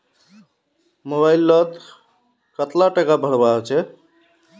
Mobile लोत कतला टाका भरवा होचे?